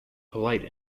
polite